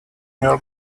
your